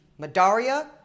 Madaria